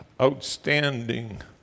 outstanding